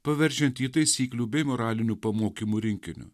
paverčiant jį taisyklių bei moralinių pamokymų rinkiniu